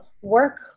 work